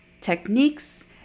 techniques